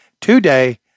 today